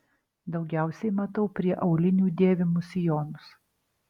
daugiausiai matau prie aulinių dėvimus sijonus